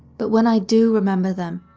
but when i do remember them,